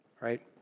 Right